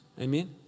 Amen